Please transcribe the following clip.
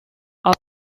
are